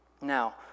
Now